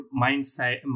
mindset